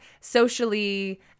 socially